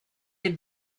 les